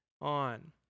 on